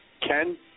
Ken